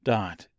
Dot